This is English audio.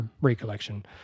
recollection